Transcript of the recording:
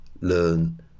learn